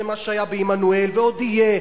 זה מה שהיה בעמנואל ועוד יהיה,